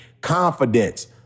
confidence